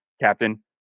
captain